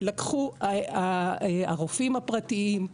לקחו הרופאים הפרטיים,